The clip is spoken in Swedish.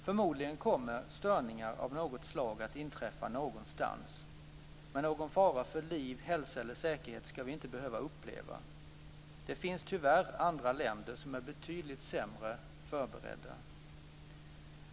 Förmodligen kommer störningar av något slag att inträffa någonstans, men någon fara för liv, hälsa eller säkerhet ska vi inte behöva uppleva. Det finns tyvärr andra länder som är betydligt sämre förberedda.